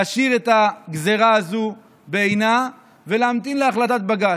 להשאיר את הגזרה הזאת בעינה, ולהמתין להחלטת בג"ץ.